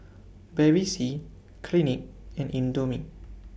Bevy C Clinique and Indomie